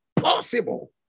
possible